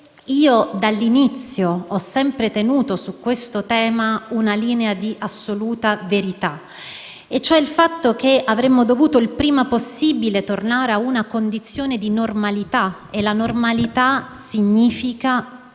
io, dall'inizio, ho sempre tenuto su questo tema una linea di assoluta verità, sostenendo che avremmo dovuto il prima possibile tornare ad una condizione di normalità. Normalità significa avere